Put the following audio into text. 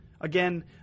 Again